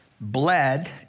bled